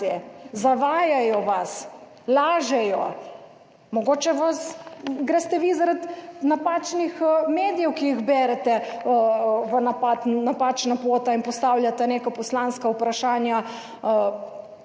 Zavajajo, vas lažejo. Mogoče vas greste vi zaradi napačnih medijev, ki jih berete v napad, napačna pot in postavljate neka poslanska vprašanja,